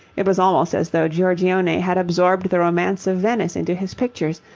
it was almost as though giorgione had absorbed the romance of venice into his pictures,